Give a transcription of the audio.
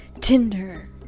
Tinder